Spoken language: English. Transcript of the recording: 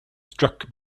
struck